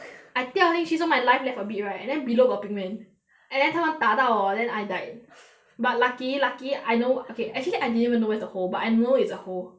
I 掉进去 so my life left a bit right and then below got pig man and then 他们打到我 then I died but lucky lucky I know okay actually I didn't even know where's the hole but I know it's a hole